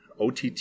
OTT